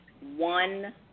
one